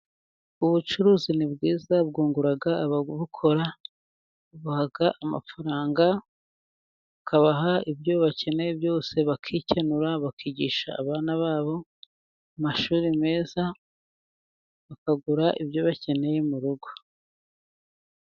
Ubucuruzi ni bwiza bwungura ababukora, bubaha amafaranga bukabaha ibyo bakeneye byose, bakikenura bakigisha abana babo amashuri meza, bakagura ibyo bakeneye mu rugo.